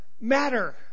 matter